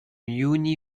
juni